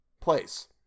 Place